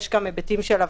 יש גם היבטים של אבטחה.